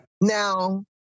Now